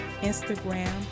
Instagram